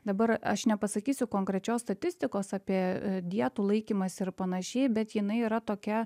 dabar aš nepasakysiu konkrečios statistikos apie dietų laikymąsi ir panašiai bet jinai yra tokia